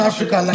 Africa